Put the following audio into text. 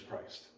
Christ